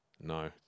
No